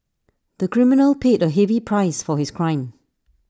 the criminal paid A heavy price for his crime